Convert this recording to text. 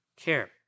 care